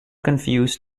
confuse